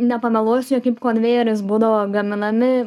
nepameluosiu jie kaip konvejeris būdavo gaminami